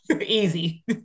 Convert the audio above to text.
easy